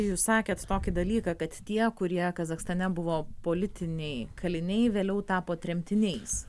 jūs sakėt tokį dalyką kad tie kurie kazachstane buvo politiniai kaliniai vėliau tapo tremtiniais